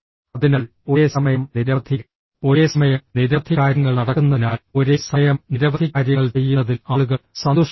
അതിനാൽ ഒരേസമയം നിരവധി ഒരേസമയം നിരവധി കാര്യങ്ങൾ നടക്കുന്നതിനാൽ ഒരേ സമയം നിരവധി കാര്യങ്ങൾ ചെയ്യുന്നതിൽ ആളുകൾ സന്തുഷ്ടരാണ്